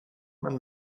man